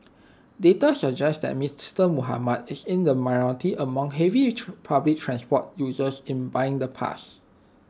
data suggest that Mister Muhammad is in the minority among heavy public transport users in buying the pass